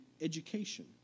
education